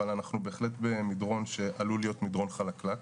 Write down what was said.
אבל אנחנו בהחלט במדרון שעלול להיות מדרון חלקלק.